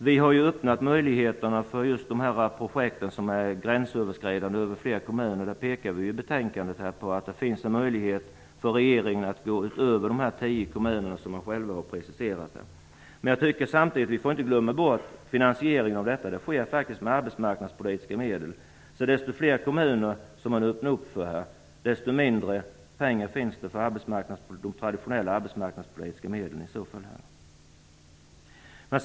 Vi har öppnat möjligheterna för just de projekt som är gränsöverskridande och som flera kommuner deltar i. Vi pekar i betänkandet på att det finns en möjlighet för regeringen att gå utöver de tio kommuner som man själv har valt ut. Jag tycker att vi inte får glömma bort att finansieringen faktiskt sker med arbetsmarknadspolitiska medel. Ju fler kommuner man öppnar för, desto mindre pengar finns det för de traditionella arbetsmarknadspolitiska åtgärderna.